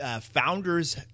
Founders